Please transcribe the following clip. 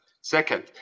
Second